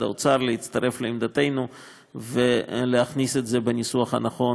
האוצר להצטרף לעמדתנו ולהכניס את זה בניסוח הנכון